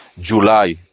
July